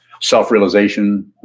self-realization